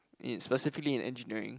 in specifically in engineering